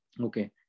okay